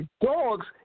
dogs